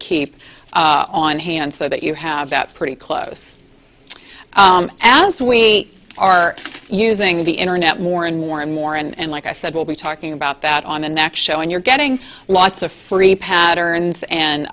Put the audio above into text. keep on hand so that you have that pretty close as we are using the internet more and more and more and like i said we'll be talking about that on the next show and you're getting lots of free patterns and